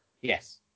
Yes